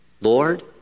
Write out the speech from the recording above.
Lord